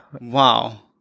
Wow